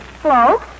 Hello